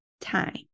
time